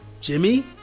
Jimmy